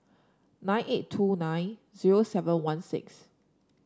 nine eight two nine zero seven one six